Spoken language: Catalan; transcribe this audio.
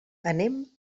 anem